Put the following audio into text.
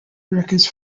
records